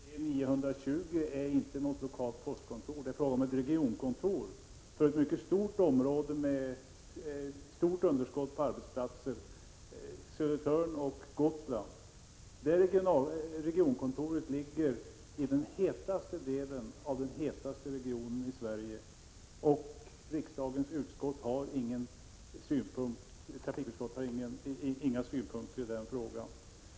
Herr talman! Motion T920 gäller inte något lokalt postkontor, utan det är fråga om ett regionkontor för ett mycket vidsträckt område med stort underskott på arbetsplatser, nämligen Södertörn och Gotland. Det regionkontoret ligger i den hetaste delen av den hetaste regionen i Sverige, och riksdagens trafikutskott har inga synpunkter i den frågan.